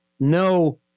No